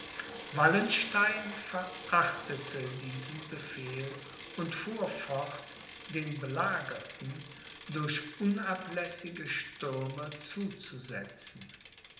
wallenstein verachtete diesen befehl und fuhr fort den belagerten durch unablässige stürme zuzusetzen